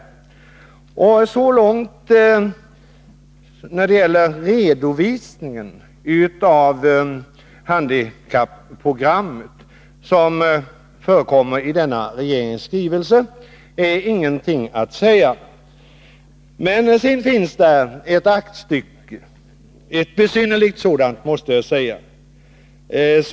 Så långt är ingenting att säga när det gäller den redovisning av handikapprogrammet som förekommer i denna regeringens skrivelse. Men sedan finns där ett aktstycke, ett besynnerligt sådant, måste jag säga.